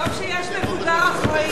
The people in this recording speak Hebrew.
טוב שיש מבוגר אחראי.